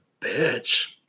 bitch